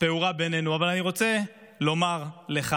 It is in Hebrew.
פעורה בינינו, אבל אני רוצה לומר לך